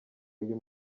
uyu